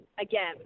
again